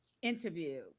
interview